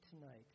tonight